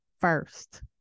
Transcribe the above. first